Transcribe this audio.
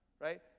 right